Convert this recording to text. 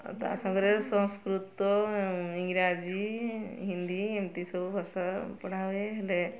ଆଉ ତା ସାଙ୍ଗରେ ସଂସ୍କୃତ ଇଂରାଜୀ ହିନ୍ଦୀ ଏମିତି ସବୁ ଭାଷା ପଢ଼ା ହୁଏ ହେଲେ